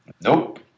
Nope